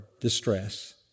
distress